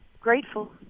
grateful